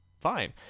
fine